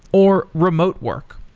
or remote work.